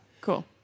Cool